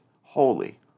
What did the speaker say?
holy